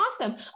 awesome